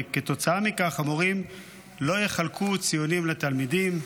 וכתוצאה מכך המורים לא יחלקו ציונים לתלמידים,